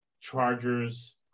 Chargers